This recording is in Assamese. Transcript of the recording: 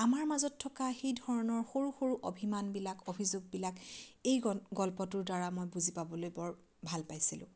আমাৰ মাজত থকা সেই ধৰণৰ সৰু সৰু অভিমানবিলাক অভিযোগবিলাক এই গ গল্পটোৰ দ্বাৰা মই বুজি পাবলৈ বৰ ভাল পাইছিলোঁ